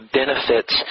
benefits